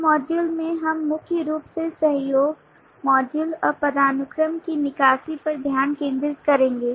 इस मॉड्यूल में हम मुख्य रूप से सहयोग मॉड्यूल और पदानुक्रम की निकासी पर ध्यान केंद्रित करेंगे